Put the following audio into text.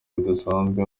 bidasanzwe